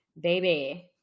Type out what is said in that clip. baby